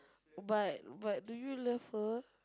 but but do you love her